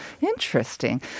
Interesting